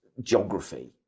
geography